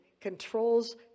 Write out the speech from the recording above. controls